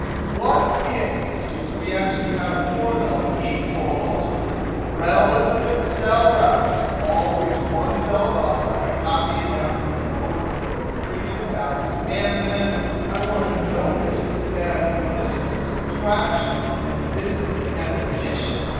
what if we actually had a formula equals relative cell reference, always one cell above. so as i copy it down it'll always look at the previous balance. and then i want to notice that this is a subtraction and this is an addition.